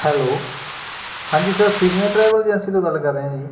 hello ਹਾਂਜੀ sir ਸੀਵੀਆਂ travel agency ਤੋਂ ਗੱਲ ਕਰ ਰਹੇ ਹਾਂ ਜੀ